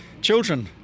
children